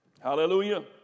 hallelujah